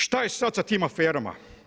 Šta je sad sa tim aferama?